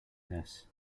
this